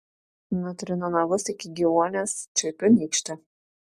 nutrinu nagus iki gyvuonies čiulpiu nykštį